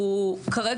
הוא עומד ריק.